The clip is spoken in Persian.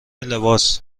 لباس